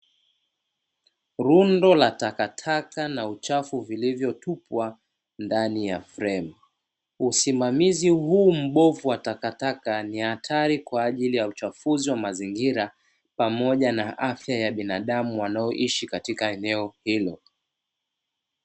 Rundo la takataka na uchafu vilivyo tupwa ndani ya fremu, usimamizi huu mmbovu wa takataka ni hatari kwaajili ya uchafuzi wa mazingira pamoja na afya ya binadamu wanao ishi katika eneo hilo.